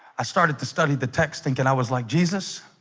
i? started to study the text thinking i was like jesus,